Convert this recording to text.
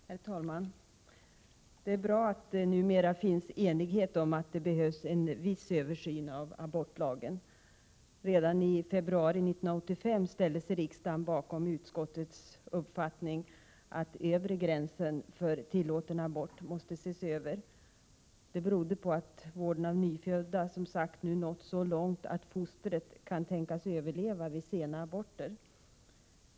Herr talman! Det är bra att det numera råder enighet om att det behövs en viss översyn av abortlagen. Redan i februari 1985 ställde sig riksdagen bakom utskottets uppfattning att övre gränsen för tillåten abort måste ses över. Det berodde på att vården av nyfödda som sagt nu nått så långt att fostret kan tänkas överleva vid sena aborter.